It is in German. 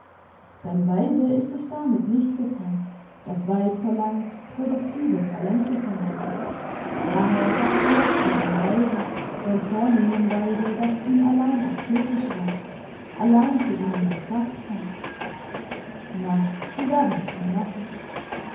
beim weibe ist es damit nicht getan das weib verlangt produktive talente vom manne daher sein fiasko beim weibe beim vornehmen weibe das ihn allein ästhetisch reizt allein für ihn in betracht kommt na sie werden es schon machen